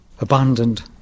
abandoned